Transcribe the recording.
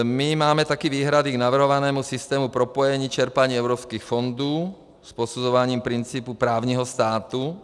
My máme také výhrady k navrhovanému systému propojení čerpání evropských fondů s posuzováním principů právního státu.